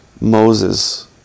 Moses